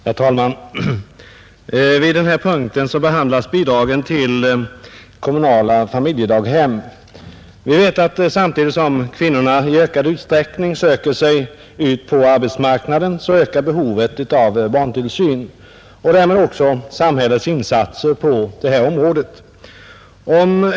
Herr talman! Under den här punkten behandlas bidrag till kommunala familjedaghem, Vi vet att samtidigt som kvinnorna i ökad utsträckning söker sig ut på arbetsmarknaden så ökar behovet av barntillsyn och därmed också av samhällets insatser på det området.